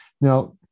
Now